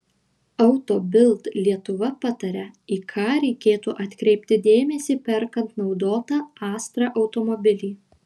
auto bild lietuva pataria į ką reikėtų atkreipti dėmesį perkant naudotą astra automobilį